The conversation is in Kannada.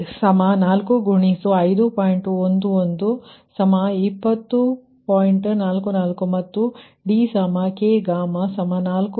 44 ಮತ್ತು dk4×0